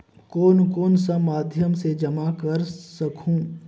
कौन कौन सा माध्यम से जमा कर सखहू?